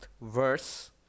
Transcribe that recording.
verse